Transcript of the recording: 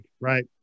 right